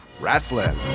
wrestling